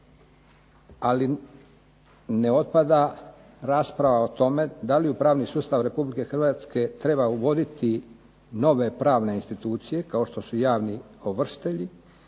Ali ne otpada rasprava o tome da li u pravni sustav Republike Hrvatske treba uvoditi nove pravne institucije, kao što su javni ovršitelji,